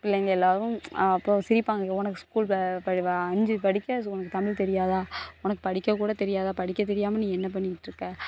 பிள்ளைங்கள் எல்லோரும் அப்போது சிரிப்பாங்க உனக்கு ஸ்கூல் ப அஞ்சு படிக்க உனக்கு தமிழ் தெரியாத உனக்கு படிக்க கூட தெரியாதா படிக்க தெரியாமல் நீ என்ன பண்ணிகிட்டு இருக்க